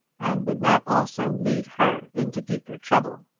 and would not also lead her into deeper trouble.